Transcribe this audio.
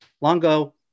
Longo